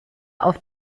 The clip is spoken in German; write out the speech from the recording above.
auf